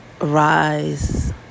Rise